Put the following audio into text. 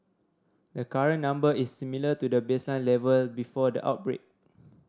the current number is similar to the baseline level before the outbreak